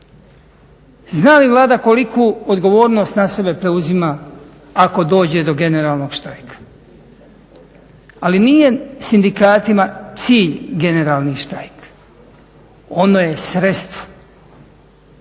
Zna li Vlada koliku odgovornost na sebe preuzima ako dođe do generalnog štrajka? Ali nije sindikatima cilj generalni štrajk? Ono je sredstvo,